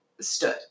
stood